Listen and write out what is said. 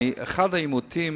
אני נזכרתי באחד העימותים